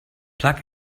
plug